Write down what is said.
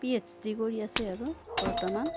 P H D কৰি আছে আৰু বৰ্তমান